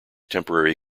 temporary